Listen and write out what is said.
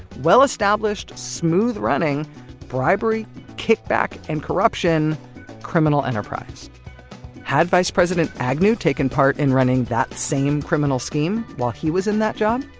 well-established, smooth-running bribery kickback and corruption criminal enterprise had vice president agnew taken part in running that same criminal scheme while he was in that job?